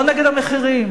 לא נגד המחירים,